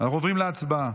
סתום את הפה.